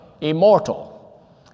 immortal